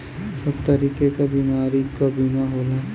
सब तरीके क बीमारी क बीमा होला